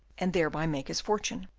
and thereby make his fortune.